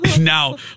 Now